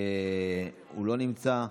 הוא לא נמצא,